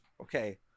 Okay